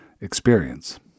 experience